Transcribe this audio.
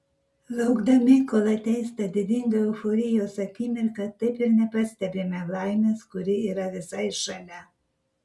laukdami kol ateis ta didinga euforijos akimirka taip ir nepastebime laimės kuri yra visai šalia